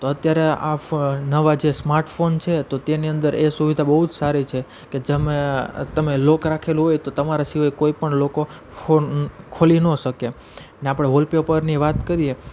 તો અત્યારે આ નવા જે સ્માર્ટ ફોન છે તો તેની અંદર એ સુવિધા બહુજ સારી છે કે તમે લોક રાખેલો હોય તો તમારા સિવાય કોઈપણ લોકો ફોન ખોલી ના શકે એમ ને આપણે વૉલપેપરની વાત કરીએ